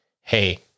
hey